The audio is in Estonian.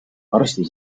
arsti